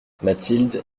mathilde